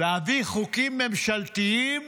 להביא חוקים ממשלתיים